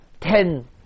ten